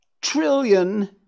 trillion